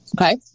Okay